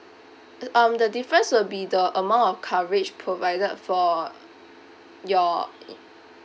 um the difference will be the amount of coverage provided for your